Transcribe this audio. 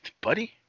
Buddy